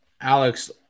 Alex